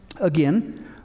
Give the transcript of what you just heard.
Again